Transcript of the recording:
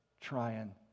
trying